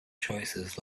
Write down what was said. choices